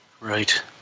Right